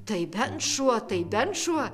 tai bent šuo tai bent šuo